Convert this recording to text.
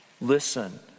Listen